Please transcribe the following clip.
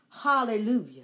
Hallelujah